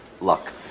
luck